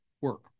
work